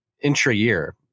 intra-year